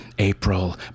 April